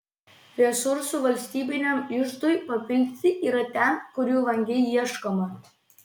resursų valstybiniam iždui papildyti yra ten kur jų vangiai ieškoma